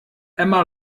emma